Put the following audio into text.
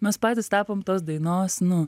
mes patys tapom tos dainos nu